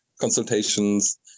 consultations